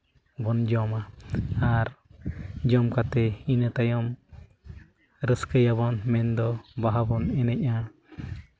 ᱵᱚᱱ ᱡᱚᱢᱟ ᱟᱨ ᱡᱚᱢ ᱠᱟᱛᱮ ᱤᱱᱟᱹ ᱛᱟᱭᱚᱢ ᱨᱟᱹᱥᱠᱟᱹᱭᱟᱵᱚᱱ ᱢᱮᱱᱫᱚ ᱵᱟᱦᱟ ᱵᱚᱱ ᱮᱱᱮᱡᱼᱟ